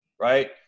right